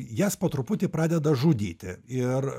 jas po truputį pradeda žudyti ir